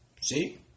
See